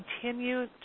continue